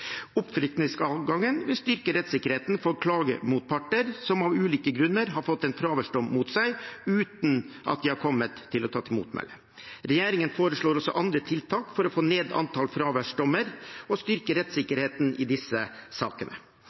vil styrke rettssikkerheten for klagemotparter som av ulike grunner har fått en fraværsdom mot seg, uten at de har kunnet ta til motmæle. Regjeringen foreslår også andre tiltak for å få ned antallet fraværsdommer og styrke rettssikkerheten i disse sakene.